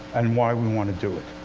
and why we want to do it.